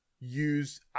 use